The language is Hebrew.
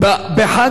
אני אומר לכם,